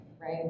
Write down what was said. right